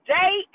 day